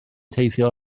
teithio